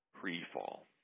pre-fall